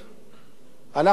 אנחנו מנסים,